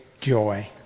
joy